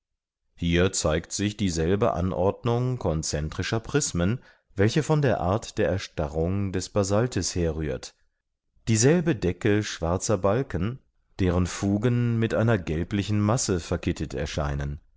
hier zeigt sich dieselbe anordnung concentrischer prismen welche von der art der erstarrung des basaltes herrührt dieselbe decke schwarzer balken deren fugen mit einer gelblichen masse verkittet erscheinen